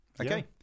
Okay